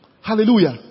Hallelujah